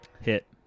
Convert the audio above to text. Hit